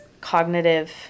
cognitive